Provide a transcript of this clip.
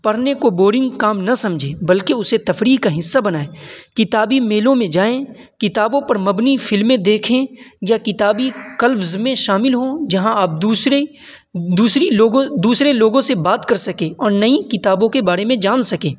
پرھنے کو بورنگ کام نہ سمجھیں بلکہ اسے تفریح کا حصہ بنائیں کتابی میلوں میں جائیں کتابوں پر مبنی فلمیں دیکھیں یا کتابی کلبز میں شامل ہوں جہاں آپ دوسرے دوسری لوگوں دوسرے لوگوں سے بات کرسکیں اور نئی کتابوں کے بارے میں جان سکیں